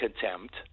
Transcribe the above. contempt